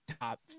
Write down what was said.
top